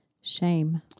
Shame